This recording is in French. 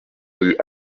rue